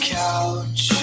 couch